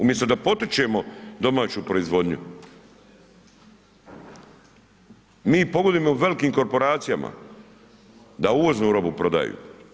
Umjesto da potičemo domaću proizvodnju mi pogodujemo velim korporacijama da uvoznu robu prodaju.